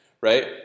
right